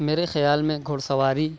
میرے خیال میں گھوڑا سواری